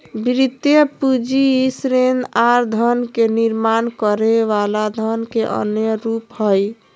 वित्तीय पूंजी ऋण आर धन के निर्माण करे वला धन के अन्य रूप हय